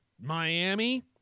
Miami